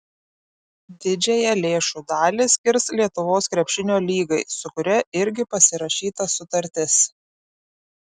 didžiąją lėšų dalį skirs lietuvos krepšinio lygai su kuria irgi pasirašyta sutartis